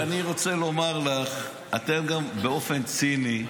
לכן אני רוצה לומר לך: אתם, באופן ציני,